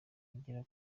igera